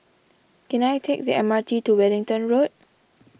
can I take the M R T to Wellington Road